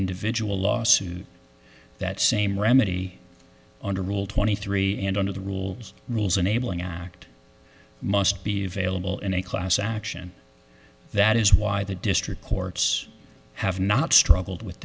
individual lawsuit that same remedy under rule twenty three and under the rules rules enabling act must be available in a class action that is why the district courts have not struggled with